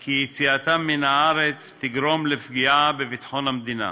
כי יציאתם מן הארץ תגרום לפגיעה בביטחון המדינה.